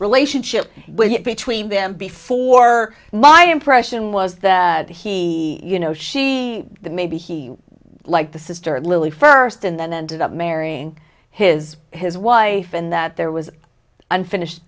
relationship between them before my impression was that he you know she maybe he like the sister lily first and then ended up marrying his his wife and that there was unfinished